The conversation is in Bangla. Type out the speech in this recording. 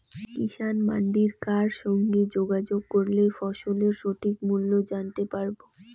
কিষান মান্ডির কার সঙ্গে যোগাযোগ করলে ফসলের সঠিক মূল্য জানতে পারবো?